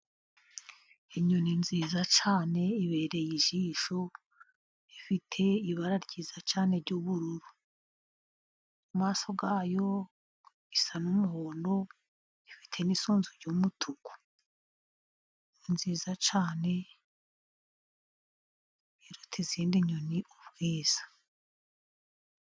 Inyoni nziza cyane ibereye ijisho ifite ibara ryiza cyane ry'ubururu, mu maso hayo isa n'umuhondo ifite n'isunzu ry'umutuku nziza cyane iruta izindi nyoni ubwiza.